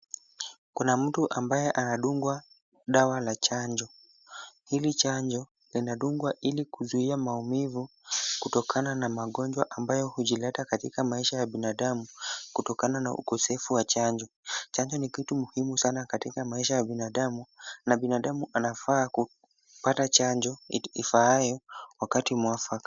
Kuna mtu ambaye anadungwa dawa na chanjo. Hili chanjo linadungwa ili kuzuia maumivu kutokana na magonjwa ambayo hujileta katika maisha ya binadamu kutokabna na ukosefu wa chanjo. Chanjo ni kitu muhimu sana katika maisha ya binadamu na binadamu anafaa kupata chanjo ifaayo wakati mwafaka.